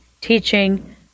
teaching